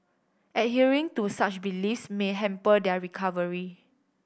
adhering to such beliefs may hamper their recovery